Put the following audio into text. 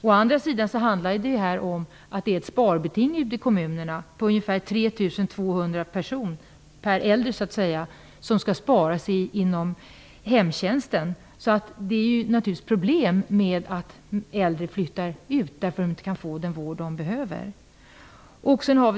Å andra sidan har kommunerna ett sparbeting på ungefär 3 200 per äldre som skall sparas inom hemtjänsten. Det är naturligtvis problem med att äldre flyttar ut. De kan inte få den vård de behöver.